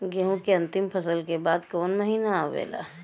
गेहूँ के अंतिम फसल के बाद कवन महीना आवेला?